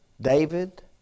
David